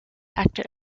acted